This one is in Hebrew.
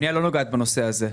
הפניה לא נוגעת בנושא הזה.